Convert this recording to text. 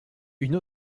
une